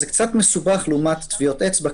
זה קצת מסובך לעומת טביעות אצבע.